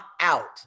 out